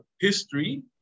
history